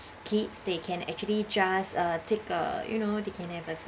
kids they can actually just uh take a you know they can have a sun